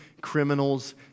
criminal's